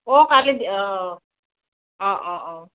অ' কালি অঁ অঁ অঁ